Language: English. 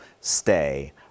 stay